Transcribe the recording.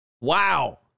Wow